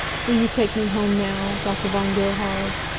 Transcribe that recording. will you take me home now, dr. von gerhard?